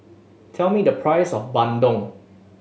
tell me the price of bandung